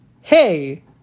hey